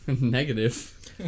Negative